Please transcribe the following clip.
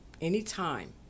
anytime